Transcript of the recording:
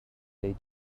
they